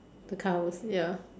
the car was ya